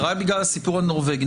ורק בגלל הסיפור הנורבגי.